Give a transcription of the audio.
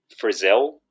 Frizzell